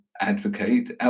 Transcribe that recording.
advocate